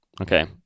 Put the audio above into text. Okay